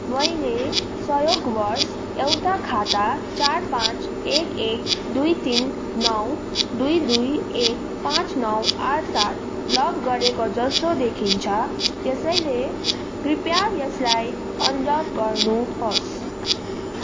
मैले संयोगवश एउटा खाता चार पाँच एक एक दुई तिन नौ पाँच नौ आठ सात दुई दुई एक ब्लक गरेको जस्तो देखिन्छ त्यसैले कृपया यसलाई अनब्लक गर्नुहोस्